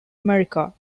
america